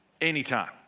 Anytime